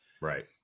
Right